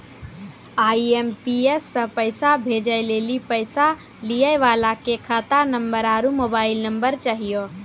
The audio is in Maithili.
आई.एम.पी.एस से पैसा भेजै लेली पैसा लिये वाला के खाता नंबर आरू मोबाइल नम्बर चाहियो